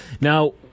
Now